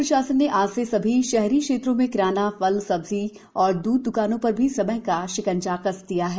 जिला प्रशासन ने आज से समस्त शहरी क्षेत्रों में किराना द्वकानफल सब्जी ओर द्वध द्कानों पर भी समय का शिकंजा कस दिया है